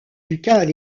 ducal